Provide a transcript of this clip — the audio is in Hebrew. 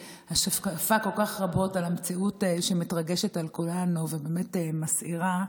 השקפה כל כך רבות על המציאות שמתרגשת על כולנו שבאמת מסעירה,